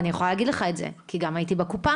ואני יכולה להגיד לך את זה, כי גם הייתי בקופה,